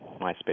MySpace